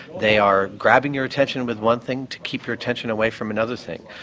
they are grabbing your attention with one thing to keep your attention away from another thing.